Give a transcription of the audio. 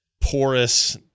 porous